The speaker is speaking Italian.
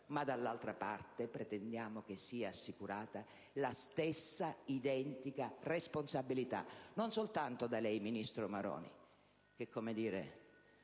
Ma dall'altra parte pretendiamo che sia assicurata la stessa identica responsabilità: non soltanto da lei, ministro Maroni, che molto spesso